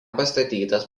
pastatytas